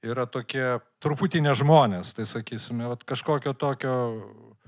yra tokie truputį ne žmonės tai sakysime vat kažkokio tokio